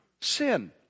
sin